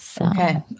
Okay